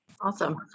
Awesome